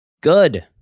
Good